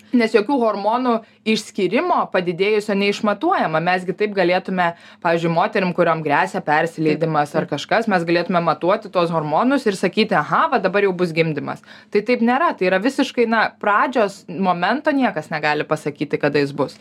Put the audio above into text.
nes jokių hormonų išskyrimo padidėjusio neišmatuojama mes gi taip galėtume pavyzdžiui moterim kuriom gresia persileidimas ar kažkas mes galėtume matuoti tuos hormonus ir sakyti aha va dabar jau bus gimdymas tai taip nėra tai yra visiškai na pradžios momento niekas negali pasakyti kada jis bus